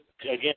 again